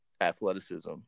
athleticism